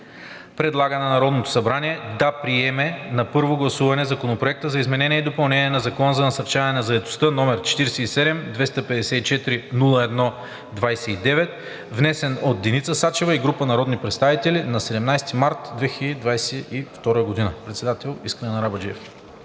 Предлага на Народното събрание да приеме на първо гласуване Законопроекта за изменение и допълнение на Закона за насърчаване на заетостта, № 47-254-01-29, внесен от Деница Сачева и група народни представители на 17 март 2022 г.“